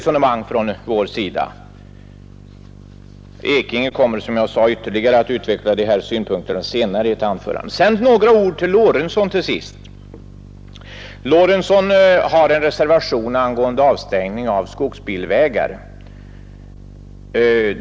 Och herr Ekinge kommer, som jag förut sagt, att ytterligare utveckla dessa synpunkter i ett senare anförande. Till sist några ord till herr Lorentzon i anledning av hans reservation angående avstängda skogsbilvägar.